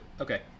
Okay